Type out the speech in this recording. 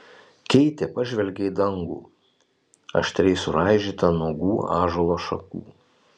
keitė pažvelgė į dangų aštriai suraižytą nuogų ąžuolo šakų